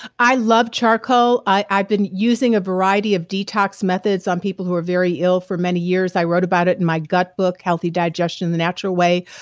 i love charcoal. i've been using a variety of detox methods on people who are very ill for many years. i wrote about it in my gut book healthy digestion the natural way.